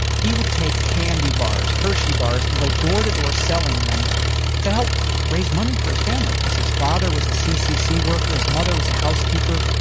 he would take candy bars, hershey bars, and go door to door selling them to help raise money for his family. cause his father was a ccc worker, his mother was a housekeeper.